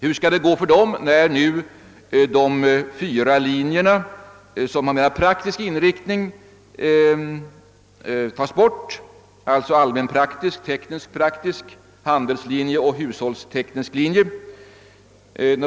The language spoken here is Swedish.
Hur skall det gå för dessa elever när nu de fyra linjer, som har mera praktisk inriktning försvinner — alltså allmänpraktiska linjen, teknisk-praktiska linjen, handelslinjen och hushållstekniska linjen?